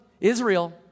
Israel